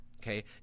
okay